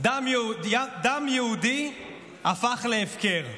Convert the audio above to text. "דם יהודי הפך להפקר".